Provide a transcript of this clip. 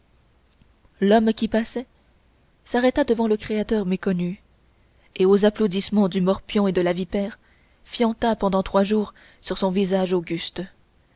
l'homme qui passait s'arrêta devant le créateur méconnu et aux applaudissements du morpion et de la vipère fienta pendant trois jours sur son visage auguste